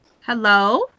Hello